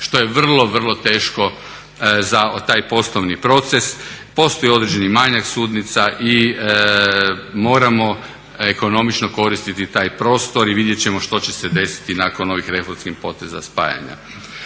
što je vrlo, vrlo teško za taj poslovni proces. Postoji određeni manjak sudnica i moramo ekonomično koristiti taj prostor i vidjet ćemo što će se desiti nakon ovih reformskih poteza spajanja.